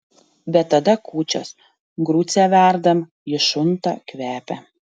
bet tada kūčios grucę verdam ji šunta kvepia